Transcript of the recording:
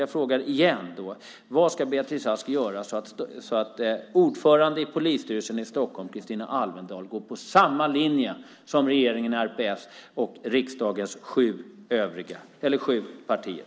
Jag frågar igen: Vad ska Beatrice Ask göra så att ordföranden i polisstyrelsen i Stockholm, Kristina Alvendal, går på samma linje som regeringen, RPS och riksdagens sju partier?